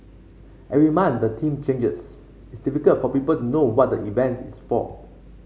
every month the theme changes it's difficult for people to know what the event is for